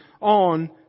on